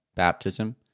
Baptism